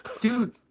Dude